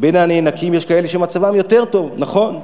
בין הנאנקים יש כאלה שמצבם יותר טוב, נכון,